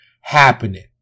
happening